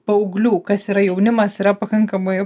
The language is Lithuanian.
paauglių kas yra jaunimas yra pakankamai